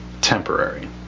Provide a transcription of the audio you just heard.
temporary